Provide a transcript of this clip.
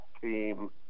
team